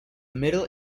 middle